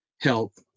health